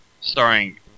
starring